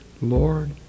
Lord